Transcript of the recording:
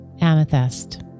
Amethyst